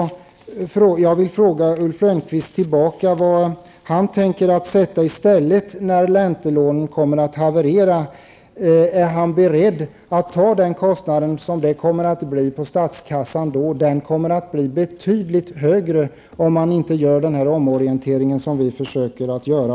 Ulf Lönnqvist sätta i stället när räntelånesystemet havererar? Är han beredd att ta den kostnad som det kommer att bli för statskassan? Den kostnaden kommer att bli betydligt högre om man inte gör den omorientering som vi försöker genomföra.